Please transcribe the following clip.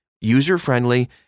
user-friendly